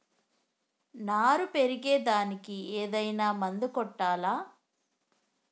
నారు పెరిగే దానికి ఏదైనా మందు కొట్టాలా?